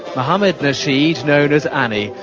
mohamed nasheed, known as anni,